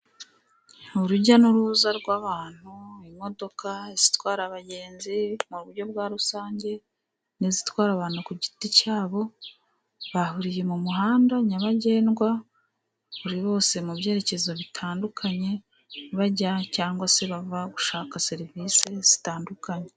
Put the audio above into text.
Urujya n'uruza rw'abantu, imodoka zitwara abagenzi mu buryo bwa rusange, n'izitwara abantu ku giti cyabo, bahuriye mu muhanda nyabagendwa, buri bose mu byerekezo bitandukanye, bajya cyangwa se bava gushaka serivisi zitandukanye.